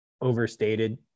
overstated